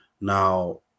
Now